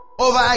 over